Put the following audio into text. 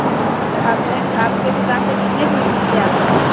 अच्छा आप कहीं आपके दुकान पर कितनी दूर दूर से आते हैं